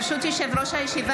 ברשות יושב-ראש הישיבה,